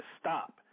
stop